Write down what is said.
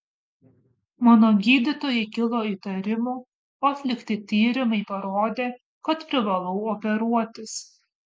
mano gydytojai kilo įtarimų o atlikti tyrimai parodė kad privalau operuotis